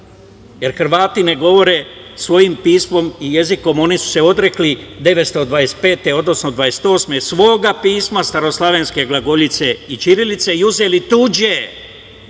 jer Hrvati ne govore svojim pismom i jezikom, oni su se odrekli 925. godine, odnosno dvadeset osme, svoga pisma, staroslavenske glagoljice i ćirilice i uzeli tuđe